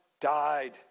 died